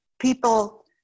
people